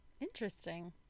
interesting